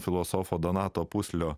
filosofo donato puslio